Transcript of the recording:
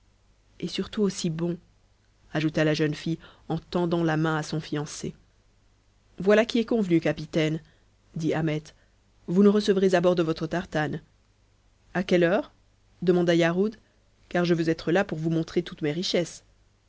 et surtout aussi bon ajouta la jeune fille en tendant la main à son fiancé voilà qui est convenu capitaine dit ahmet vous nous recevrez à bord de votre tartane a quelle heure demanda yarhud car je veux être là pour vous montrer toutes mes richesses